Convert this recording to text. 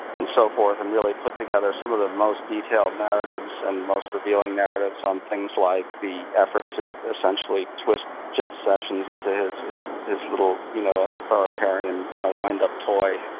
and so forth, and really put together some of the most detailed narratives and most revealing narratives on things like the effort to essentially twist jeff sessions into his his little you know ah authoritarian ah windup toy.